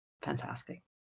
fantastic